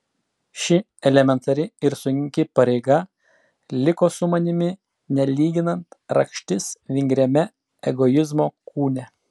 ši elementari ir sunki pareiga liko su manimi nelyginant rakštis vingriame egoizmo kūne